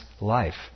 life